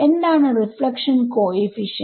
എന്താണ് reflection coefficient